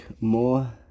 More